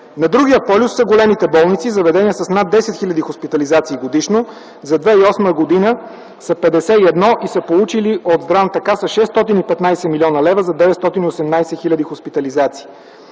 На другия полюс са големите болници и заведения с над 10 хил. хоспитализации годишно. За 2008 г. са 51 и са получили от Здравната каса 615 млн. лв. за 918 хил. хоспитализации.